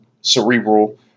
Cerebral